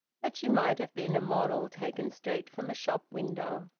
that she might have been a model taken straight from a shop-window.